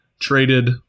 traded